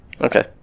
Okay